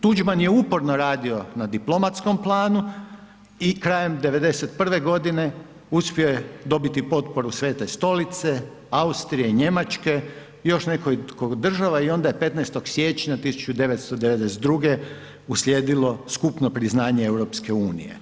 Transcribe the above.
Tuđman je uporno radio na diplomatskom planu i krajem '91.g. uspio je dobiti potporu Svete Stolice, Austrije, Njemačke i još nekoliko država i onda je 15. siječnja 1992. uslijedilo skupno priznanje EU.